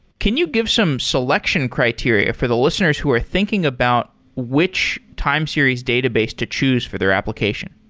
can you give some selection criteria for the listeners who are thinking about which time series database to choose for their application?